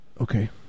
Okay